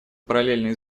параллельные